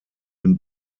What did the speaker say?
den